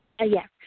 Yes